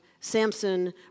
Samson